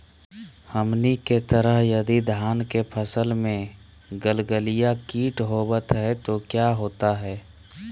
हमनी के तरह यदि धान के फसल में गलगलिया किट होबत है तो क्या होता ह?